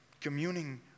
communing